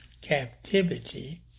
captivity